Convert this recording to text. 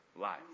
life